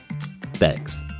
Thanks